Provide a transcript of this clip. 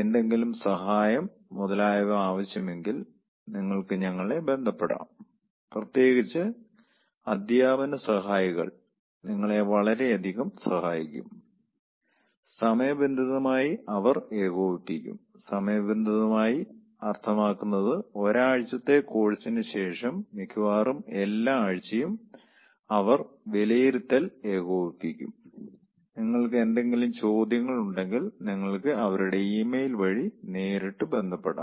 എന്തെങ്കിലും സഹായം മുതലായവ ആവശ്യമെങ്കിൽ നിങ്ങൾക്ക് ഞങ്ങളെ ബന്ധപ്പെടാം പ്രത്യേകിച്ച് അധ്യാപന സഹായികൾ നിങ്ങളെ വളരെയധികം സഹായിക്കും സമയബന്ധിതമായി അവർ ഏകോപിപ്പിക്കും സമയബന്ധിതമായി അർത്ഥമാക്കുന്നത് ഒരാഴ്ചത്തെ കോഴ്സിന് ശേഷം മിക്കവാറും എല്ലാ ആഴ്ചയും അവർ വിലയിരുത്തൽ ഏകോപിപ്പിക്കും നിങ്ങൾക്ക് എന്തെങ്കിലും ചോദ്യങ്ങൾ ഉണ്ടെങ്കിൽ നിങ്ങൾക്ക് അവരുടെ ഇമെയിൽ വഴി നേരിട്ട് ബന്ധപ്പെടാം